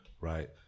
right